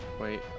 Wait